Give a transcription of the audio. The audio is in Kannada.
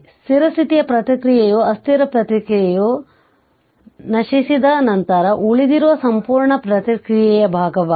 ಸ್ಥಿರ ಸ್ಥಿತಿಯ ಪ್ರತಿಕ್ರಿಯೆಯು ಅಸ್ಥಿರ ಪ್ರತಿಕ್ರಿಯೆಯು ನಶಿಸಿದ ನಂತರ ಉಳಿದಿರುವ ಸಂಪೂರ್ಣ ಪ್ರತಿಕ್ರಿಯೆಯ ಭಾಗವಾಗಿದೆ